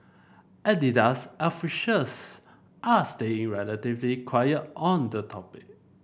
Adidas officials are staying relatively quiet on the topic